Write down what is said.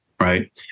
Right